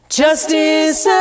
justice